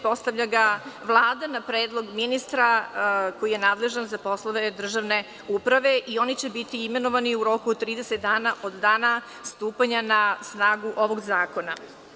Postavlja ga Vlada, na predlog ministra koji je nadležan za poslove državne uprave i oni će biti imenovani u roku od 30 dana od dana stupanja na snagu ovog zakona.